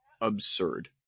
absurd